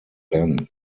then